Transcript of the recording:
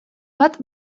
bat